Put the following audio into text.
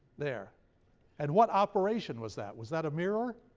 there and what operation was that? was that a mirror?